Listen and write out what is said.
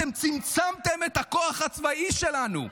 אתם צמצמתם את הכוח הצבאי שלנו.